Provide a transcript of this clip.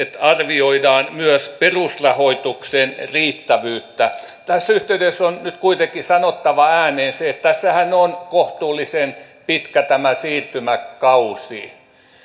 arvioidaan myös perusrahoituksen riittävyyttä tässä yhteydessä on nyt kuitenkin sanottava ääneen se että tässähän on kohtuullisen pitkä siirtymäkausi